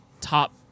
top